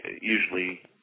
usually